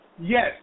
Yes